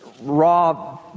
raw